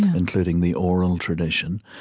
including the oral tradition.